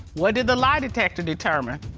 what did the lie detector determine?